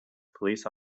police